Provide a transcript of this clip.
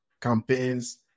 campaigns